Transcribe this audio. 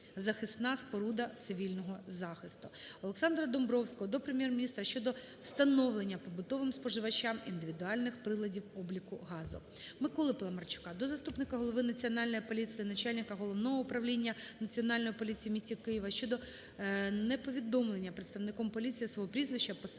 захисна споруда цивільного захисту. Олександра Домбровського до Прем'єр-міністра щодо встановлення побутовим споживачам індивідуальних приладів обліку газу. Миколи Паламарчука до заступника голови Національної поліції - начальника Головного управління Національної поліції у місті Києві щодо неповідомлення представником поліції свого прізвища, посади,